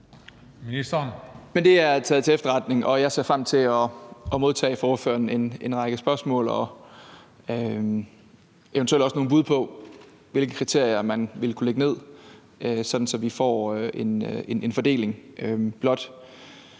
har jeg taget til efterretning, og jeg ser frem til at modtage en række spørgsmål og eventuelt også nogle bud på, hvilke kriterier man ville kunne lægge ned, fra spørgeren, sådan